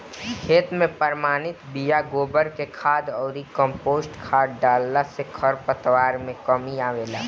खेत में प्रमाणित बिया, गोबर के खाद अउरी कम्पोस्ट खाद डालला से खरपतवार में कमी आवेला